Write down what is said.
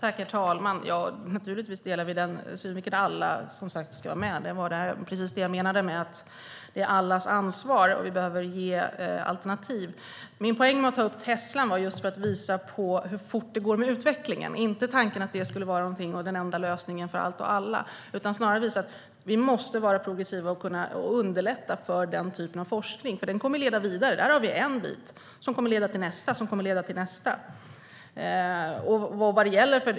Herr talman! Naturligtvis delar vi synvinkeln att alla ska vara med. Det var precis detta jag menade med att det är allas ansvar och att vi behöver ge alternativ. Min poäng med att nämna Tesla var att visa hur fort utvecklingen går. Jag menar inte att det skulle vara den enda lösningen för allt och alla. Men vi måste vara progressiva och underlätta för den typen av forskning, för den kommer att leda vidare. En del leder till nästa och så vidare.